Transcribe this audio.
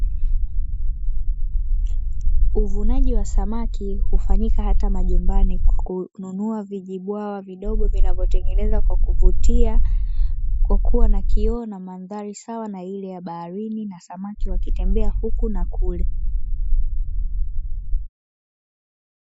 Uvunaji wa samaki hufanyika hata majumbani kwa kununua vijibwawa vidogo, vinavyotengenezwa kwa kuvutia, kwakua na kioo na mandhari sawa na ile ya baharini, na samaki wakitembea huku na kule.